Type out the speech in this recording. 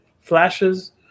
flashes